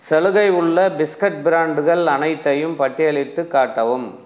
சலுகை உள்ள பிஸ்கட் பிராண்டுகள் அனைத்தையும் பட்டியலிட்டுக் காட்டவும்